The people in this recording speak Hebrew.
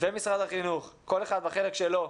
ומשרד החינוך, כל אחד בחלק שלו,